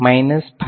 del dot g 1 grade